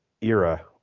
era